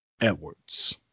Edwards